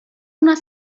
una